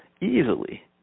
easily